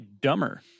dumber